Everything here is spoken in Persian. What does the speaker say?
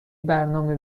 برنامه